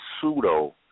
pseudo